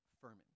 Furman